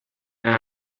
and